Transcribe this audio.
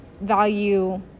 value